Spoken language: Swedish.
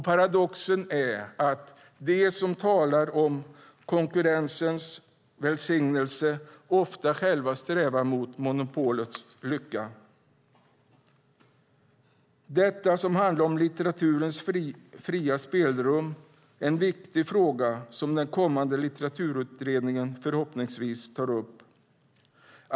Paradoxen är att de som talar om konkurrensens välsignelse ofta själva strävar mot monopolets lycka. Litteraturens fria spelrum är en viktig fråga som den kommande Litteraturutredningen förhoppningsvis tar upp.